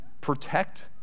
protect